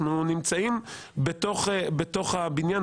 אנחנו נמצאים בתוך הבניין,